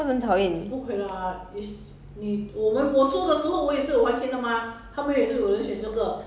这样不是很讨厌你这样不是很讨厌你